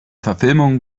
verfilmung